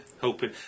hoping